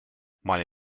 man